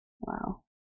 Wow